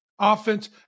offense